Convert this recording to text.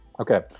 Okay